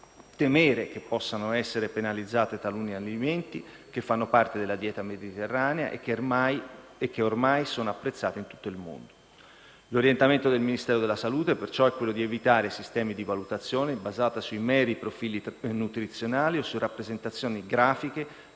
temere che possano essere penalizzati taluni alimenti che fanno parte della dieta mediterranea e che ormai sono apprezzati in tutto il mondo. L'orientamento del Ministero della salute, perciò, è quello di evitare sistemi di valutazione basata sui meri profili nutrizionali o su rappresentazioni grafiche